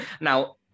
now